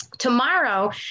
Tomorrow